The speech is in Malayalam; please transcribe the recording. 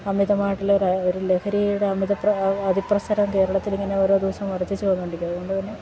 അമിതമായിട്ടുള്ളൊരു ലഹരിയുടെ അതിപ്രസരം കേരളത്തിലിങ്ങനെ ഓരോ ദിവസവും വർധിച്ചുവരുന്നുണ്ട് ഇതുകൊണ്ട് തന്നെ